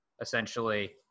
essentially